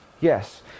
yes